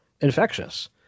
infectious